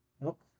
Nope